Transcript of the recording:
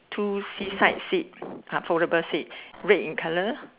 two sea side seats are foldable seat red in colour